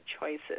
choices